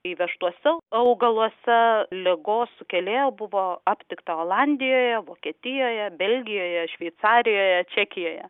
įvežtuose augaluose ligos sukėlėjo buvo aptikta olandijoje vokietijoje belgijoje šveicarijoje čekijoje